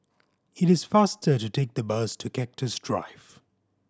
it is faster to take the bus to Cactus Drive